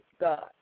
God